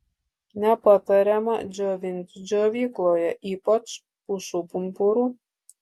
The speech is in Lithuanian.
nepatariama džiovinti džiovykloje ypač pušų pumpurų